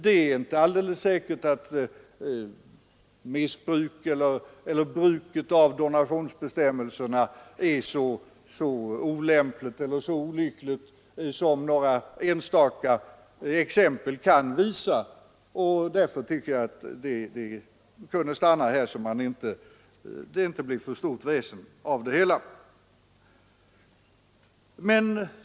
Det är inte alldeles säkert att missbruket av donationsbestämmelserna är så utbrett som man av några enstaka exempel kanske kan tro. Därför kunde man stanna här, så att det inte blir för stort väsen av det hela.